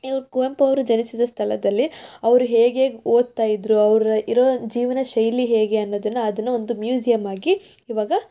ಇವ್ರು ಕುವೆಂಪು ಅವ್ರು ಜನಿಸಿದ ಸ್ಥಳದಲ್ಲಿ ಅವರು ಹೇಗೇಗೆ ಓದ್ತಾ ಇದ್ದರು ಅವ್ರು ಇರೋ ಜೀವನಶೈಲಿ ಹೇಗೆ ಅನ್ನೋದನ್ನು ಅದನ್ನು ಒಂದು ಮ್ಯೂಸಿಯಂ ಆಗಿ ಇವಾಗ